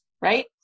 right